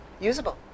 usable